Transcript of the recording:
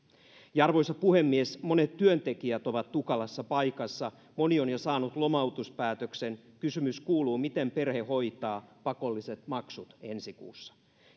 aikana arvoisa puhemies monet työntekijät ovat tukalassa paikassa moni on jo saanut lomautuspäätöksen kysymys kuuluu miten perhe hoitaa pakolliset maksut ensi kuussa